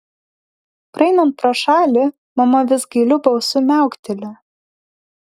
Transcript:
praeinant pro šalį mama vis gailiu balsu miaukteli